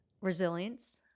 Resilience